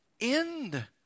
end